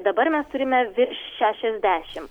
dabar mes turime virš šešiasdešimt